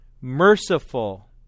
Merciful